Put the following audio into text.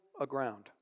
aground